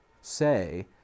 say